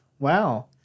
Wow